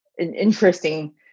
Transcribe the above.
interesting